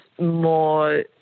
more